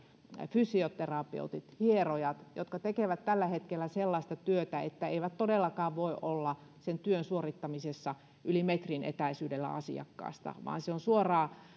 fysioterapeutit hierojat tekevät tällä hetkellä sellaista työtä että eivät todellakaan voi olla sen työn suorittamisessa yli metrin etäisyydellä asiakkaasta vaan se on suoraan